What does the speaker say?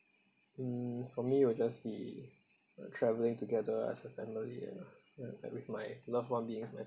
mm for me will just be uh travelling together as a family ya ya that with my loved one being my